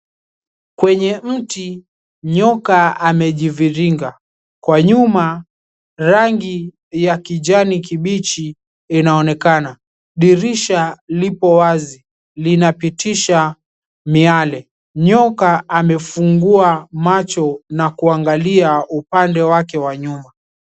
Kwenye mti nyoka amejiviringa. Kwa nyuma rangi ya kijani kibichi inaonekana. Dirisha lipo wazi linapitisha miale. Nyoka amefungua macho na kuangalia upande wake wa nyuma.